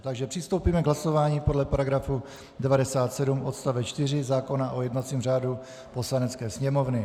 Takže přistoupíme k hlasování podle § 97 odst. 4 zákona o jednacím řádu Poslanecké sněmovny.